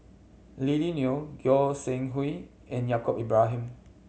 Lily Neo Goi Seng Hui and Yaacob Ibrahim